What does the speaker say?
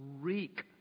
reek